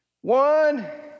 one